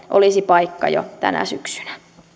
olisi paikka jo tänä syksynä